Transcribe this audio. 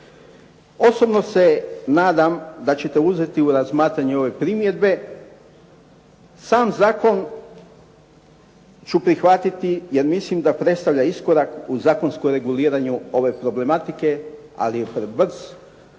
Osobno se nadam da ćete uzeti u razmatranje ove primjedbe. Sam zakon ću prihvatiti jer mislim da predstavlja iskorak u zakonskom reguliranju ove problematike ali je prebrz,